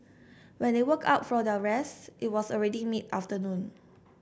when they woke up from their rest it was already mid afternoon